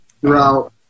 throughout